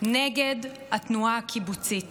נגד התנועה הקיבוצית